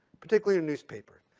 particularly in newspaper.